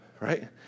right